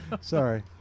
Sorry